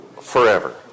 forever